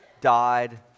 died